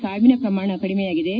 ಸಾವಿನ ಪ್ರಮಾಣ ಕಡಿಮೆಯಾಗಿದೆ